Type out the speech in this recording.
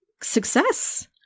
success